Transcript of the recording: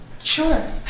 Sure